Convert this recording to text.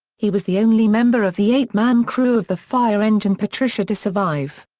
he was the only member of the eight-man crew of the fire engine patricia to survive.